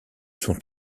son